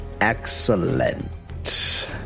Excellent